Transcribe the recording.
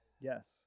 Yes